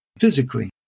physically